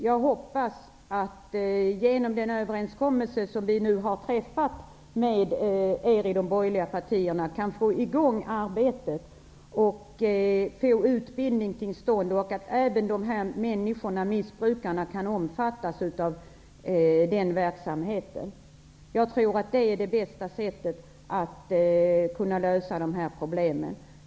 Jag hoppas att vi genom den överenskommelse som vi nu har träffat med er i de borgerliga partierna kan få i gång arbetet och få utbildning till stånd -- och att även missbrukarna kan omfattas av den verksamheten. Jag tror att det är det bästa sättet att lösa de här problemen.